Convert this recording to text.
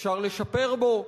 אפשר לשפר בו,